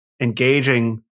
engaging